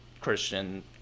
Christian